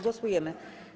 Głosujemy.